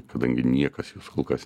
kadangi niekas jos kol kas